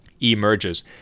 emerges